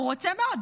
הוא רוצה מאוד,